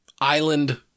island